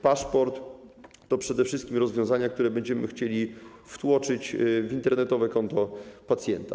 Paszport to przede wszystkim rozwiązania, które będziemy chcieli wtłoczyć w internetowe konto pacjenta.